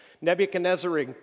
Nebuchadnezzar